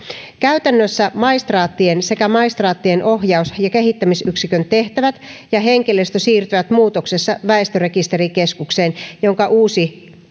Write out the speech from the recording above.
käytännössä maistraattien sekä maistraattien ohjaus ja kehittämisyksikön tehtävät ja henkilöstö siirtyvät muutoksessa väestörekisterikeskukseen jonka uusi